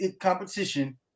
competition